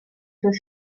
für